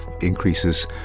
increases